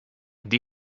die